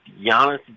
Giannis